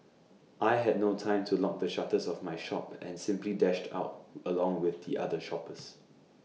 I had no time to lock the shutters of my shop and simply dashed out along with the other shoppers